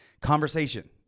conversation